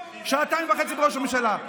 שעתיים וחצי הם ראש ממשלה.